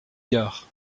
gard